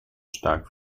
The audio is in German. stark